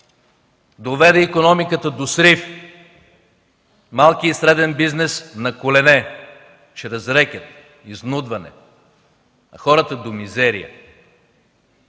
доведе икономиката до срив, малкия и среден бизнес – на колене чрез рекет, изнудване, а хората – до мизерия.